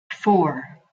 four